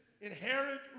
inherent